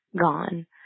gone